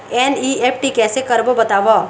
NEFT कैसे करबो बताव?